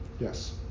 Yes